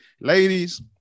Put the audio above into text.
ladies